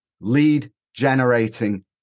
lead-generating